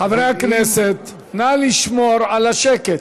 חברי הכנסת, נא לשמור על השקט.